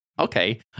Okay